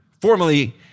formally